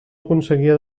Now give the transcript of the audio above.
aconseguia